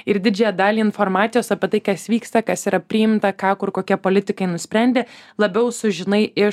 ir didžiąją dalį informacijos apie tai kas vyksta kas yra priimta ką kur kokie politikai nusprendė labiau sužinai iš